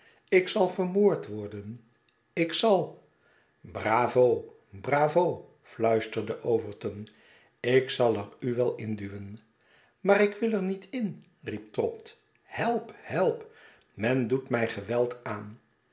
ik zal vermoord worden ik zal bravo bravo i fluisterde overton ik zal er u wel induwen maar ik wil er niet inl riep trott help help men doet mij geweld aan